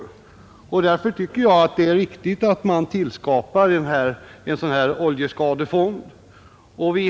Därför tycker jag det är riktigt att man tillskapar en speciell oljeskadefond.